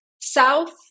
South